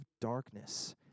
darkness